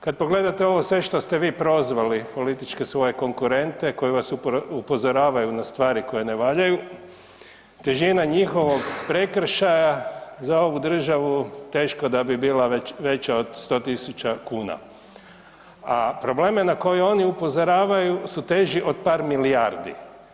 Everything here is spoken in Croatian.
Kad pogledate ovo sve što ste vi prozvali, političke svoje konkurente koji vas upozoravaju na stvari koje ne valjaju, težina njihovog prekršaja za ovu državu teško da bi bila veća od 100 000 kuna a probleme na koje oni upozoravaju su teži od par milijardi.